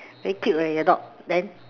very cute eh your dog then